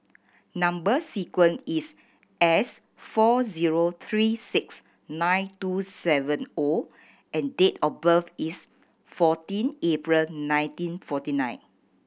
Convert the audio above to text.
number sequence is S four zero three six nine two seven O and date of birth is fourteen April nineteen forty nine